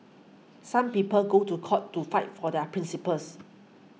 some people go to court to fight for their principles